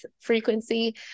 frequency